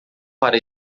para